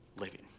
living